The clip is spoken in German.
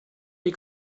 die